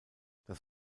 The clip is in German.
das